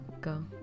go